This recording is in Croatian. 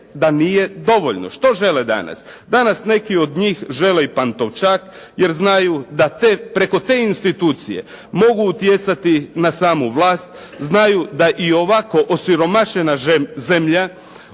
da nije dovoljno, što žele danas. Danas neki od njih žele Pantovčak, jer znaju da preko te institucije mogu utjecati na samu vlast, znaju da i ovako osiromašena zemlja